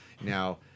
Now